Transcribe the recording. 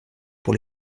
pour